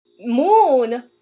moon